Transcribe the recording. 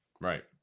Right